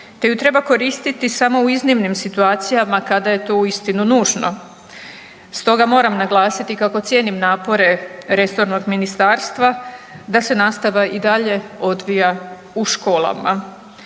te ju treba koristiti samo u iznimnim situacijama kada je to uistinu nužno. Stoga moram naglasiti kako cijenim napore resornog ministarstva da se nastava i dalje odvija u školama.